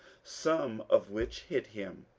some of which hit him.